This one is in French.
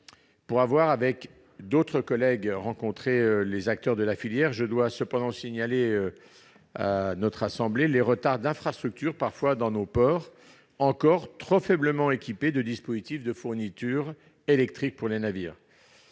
Pour avoir, avec d'autres collègues, rencontré certains acteurs de la filière, je dois cependant signaler à notre assemblée certains retards d'infrastructures dans nos ports, encore trop faiblement équipés de dispositifs de fourniture électrique pour les navires.